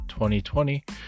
2020